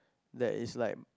there is like